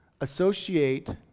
associate